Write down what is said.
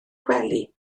gwely